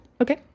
Okay